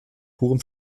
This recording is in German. purem